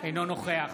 אינו נוכח